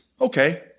okay